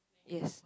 yes